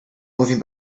moving